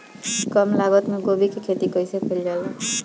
कम लागत मे गोभी की खेती कइसे कइल जाला?